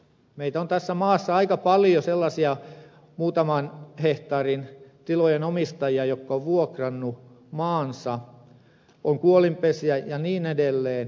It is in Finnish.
meitä on tässä maassa aika paljon sellaisia muutaman hehtaarin tilojen omistajia jotka ovat vuokranneet maansa on kuolinpesiä ja niin edelleen